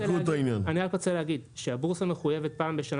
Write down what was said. אני רק רוצה להגיד שהבורסה מחויבת פעם בשנה